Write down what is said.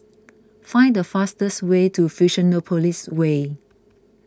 find the fastest way to Fusionopolis Way